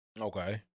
Okay